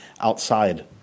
outside